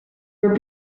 were